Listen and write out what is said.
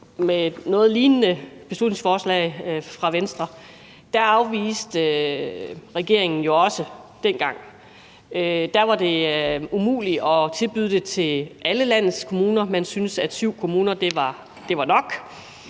et noget lignende beslutningsforslag fra Venstre, afviste regeringen det jo også. Da var det umuligt at tilbyde det til alle landets kommuner. Man syntes, at syv kommuner var nok.